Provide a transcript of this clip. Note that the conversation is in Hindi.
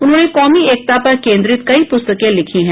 उन्होंने कौमी एकता पर केन्द्रित कई प्रस्तकें लिखी हैं